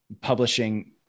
publishing